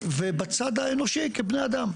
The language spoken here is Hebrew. ובצד האנושי כבני אדם.